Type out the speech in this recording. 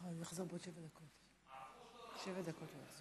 גברתי היושבת-ראש, חברות וחברי